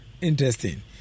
Interesting